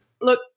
look